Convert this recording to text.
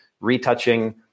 retouching